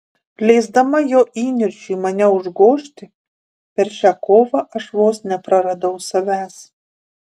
leisdama jo įniršiui mane užgožti per šią kovą aš vos nepraradau savęs